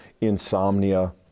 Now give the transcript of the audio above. Insomnia